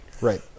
Right